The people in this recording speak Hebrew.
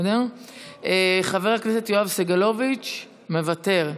חבר הכנסת יואב סגלוביץ' מוותר.